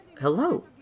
Hello